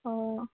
অঁ